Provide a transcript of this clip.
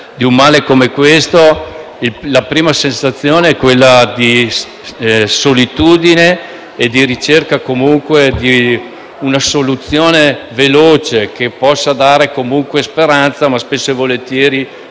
un male come questo, la prima sensazione è quella di solitudine e di ricerca di una soluzione veloce, che possa dare comunque speranza, anche se non